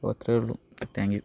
അപ്പോൾ അത്രയേ ഉള്ളൂ താങ്ക് യു